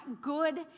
good